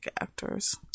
actors